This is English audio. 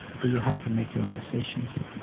but you have to make your own decisions.